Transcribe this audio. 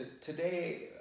today